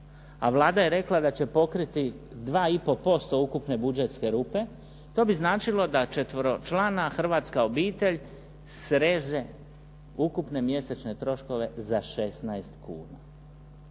a Vlada je rekla da će pokriti 2,5% ukupne budžetske rupe, to bi značilo da četveročlana hrvatska obitelj sreže ukupne mjesečne troškove za 16 kuna,